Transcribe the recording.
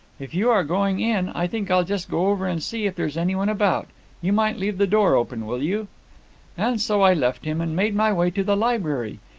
if you are going in, i think i'll just go over and see if there's anyone about you might leave the door open, will you and so i left him, and made my way to the library.